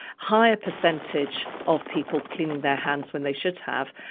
higher percentage of people cleaning their hands when they should have,